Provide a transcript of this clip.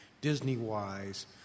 Disney-wise